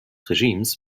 regimes